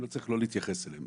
לא צריך להתייחס אליהם,